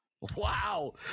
Wow